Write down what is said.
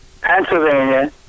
Pennsylvania